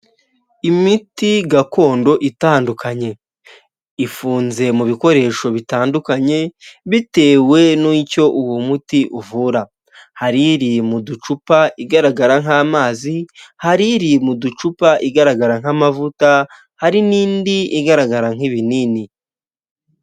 Imiti gakondo itandukanye ifunze mu bikoresho bitandukanye bitewe n'icyo uwo muti uvura hari iri mu ducupa igaragara nk'amazi hari iri mu ducupa igaragara nk'amavuta hari n'indi igaragara nk'ibinini.